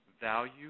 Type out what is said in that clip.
value